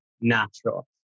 natural